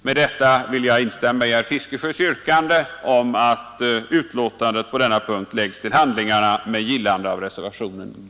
Med det anförda vill jag instämma i herr Fiskesjös yrkande om att anmälan på denna punkt läggs till handlingarna med gillande av reservationen G.